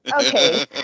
okay